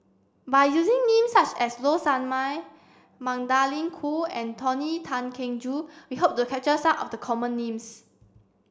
by using names such as Low Sanmay Magdalene Khoo and Tony Tan Keng Joo we hope to capture some of the common names